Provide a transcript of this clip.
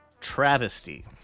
travesty